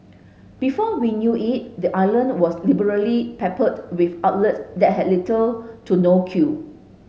before we knew it the island was liberally peppered with outlets that had little to no queue